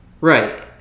right